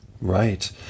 Right